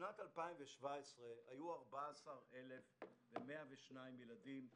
בשנת 2017 היו 14,102 ילדים אוטיסטים.